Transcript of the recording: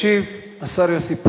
ישיב השר יוסי פלד.